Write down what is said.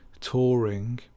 touring